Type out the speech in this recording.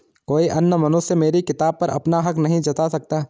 कोई अन्य मनुष्य मेरी किताब पर अपना हक नहीं जता सकता